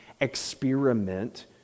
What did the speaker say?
experiment